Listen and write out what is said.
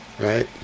right